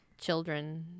children